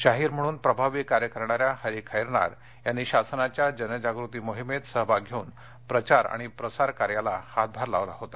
शाहीर म्हणून प्रभावी कार्य करणाऱ्या हरी खैरनार यांनी शासनाच्या जनजागृती मोहिमेत सहभाग घेवून प्रचार आणि प्रसार कार्याला हातभार लावला होता